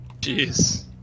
Jeez